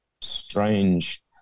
strange